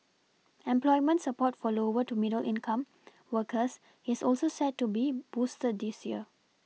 employment support for lower to middle income workers is also set to be boosted this year